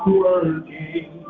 working